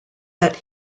that